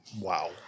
Wow